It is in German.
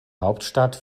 hauptstadt